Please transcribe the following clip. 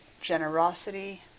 generosity